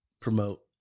promote